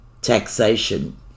taxation